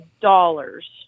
dollars